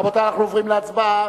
רבותי אנחנו עוברים להצבעה.